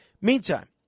Meantime